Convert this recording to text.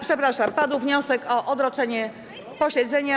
Przepraszam, padł wniosek o odroczenie posiedzenia.